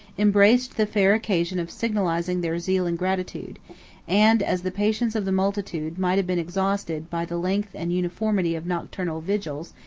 embraced the fair occasion of signalizing their zeal and gratitude and as the patience of the multitude might have been exhausted by the length and uniformity of nocturnal vigils,